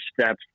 steps